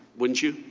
wouldn't you?